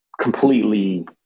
completely